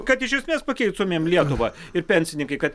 kad iš esmės pakeistumėm lietuvą ir pensininkai kad